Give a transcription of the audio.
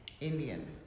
Indian